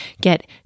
get